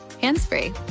hands-free